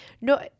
no